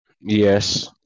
Yes